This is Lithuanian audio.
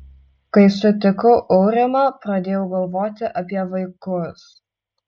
kai sutikau aurimą pradėjau galvoti apie vaikus